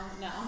No